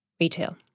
retail